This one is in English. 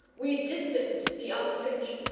we distanced the ostrich,